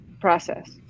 process